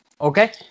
Okay